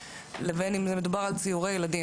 ובין אם מדובר על ציורי ילדים.